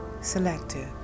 selective